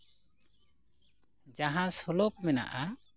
ᱡᱟᱦᱟᱸ ᱥᱞᱳᱠ ᱢᱮᱱᱟᱜᱼᱟ